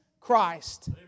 Christ